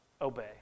obey